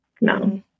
no